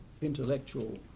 intellectual